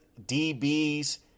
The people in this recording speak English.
DBs